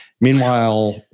Meanwhile